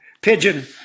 pigeon